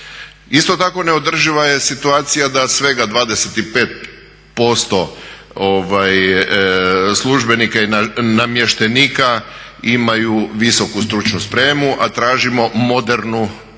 Isto tako neodrživa je situacija da svega 25% službenika i namještenika imaju visoku stručnu spremu a tražimo modernu javnu